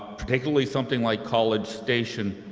particularly something like college station,